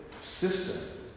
system